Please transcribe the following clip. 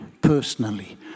personally